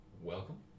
welcome